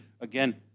Again